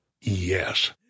Yes